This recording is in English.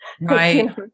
Right